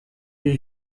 des